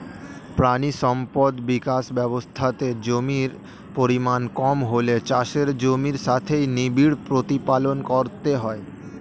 প্রাণী সম্পদ বিকাশ ব্যবস্থাতে জমির পরিমাণ কম হলে চাষের জমির সাথেই নিবিড় প্রতিপালন করতে হয়